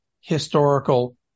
historical